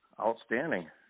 Outstanding